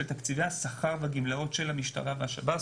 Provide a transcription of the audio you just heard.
תקציבי השכר והגמלאות של המשטרה והשב"ס,